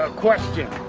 um question.